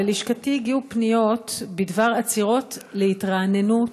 ללשכתי הגיעו פניות בדבר עצירות להתרעננות